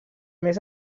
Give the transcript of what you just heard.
més